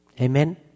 Amen